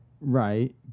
Right